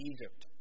Egypt